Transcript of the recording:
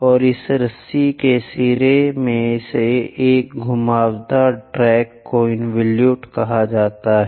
और इस रस्सी के सिरों में से एक घुमावदार ट्रैक को इनवोल्यूज़ कहा जाता है